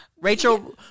rachel